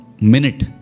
minute